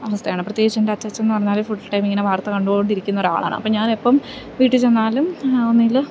അവസ്ഥയാണ് പ്രത്യേകിച്ചും അച്ചച്ഛൻ എന്ന് പറഞ്ഞാൽ ഫുൾ ടൈം ഇങ്ങനെ വാർത്ത കണ്ടോണ്ടിരിക്കുന്ന ഒരാളാണ് അപ്പോൾ ഞാൻ എപ്പം വീട്ടിൽ ചെന്നാലും ഒന്നുങ്കിൽ